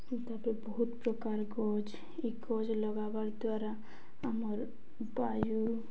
ତାପରେ ବହୁତ୍ ପ୍ରକାର୍ ଗଛ୍ ଇ ଗଛ୍ ଲଗାବାର୍ ଦ୍ୱାରା ଆମର୍ ବାୟୁ